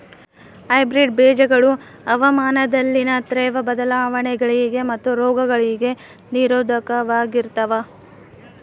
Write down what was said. hybrid ಬೇಜಗಳು ಹವಾಮಾನದಲ್ಲಿನ ತೇವ್ರ ಬದಲಾವಣೆಗಳಿಗೆ ಮತ್ತು ರೋಗಗಳಿಗೆ ನಿರೋಧಕವಾಗಿರ್ತವ